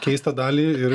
keistą dalį ir